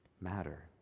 matter